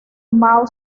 mao